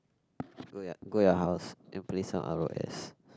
go your go your house and play some r_o_s